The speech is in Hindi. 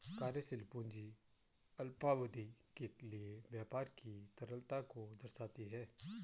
कार्यशील पूंजी अल्पावधि के लिए व्यापार की तरलता को दर्शाती है